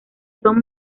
son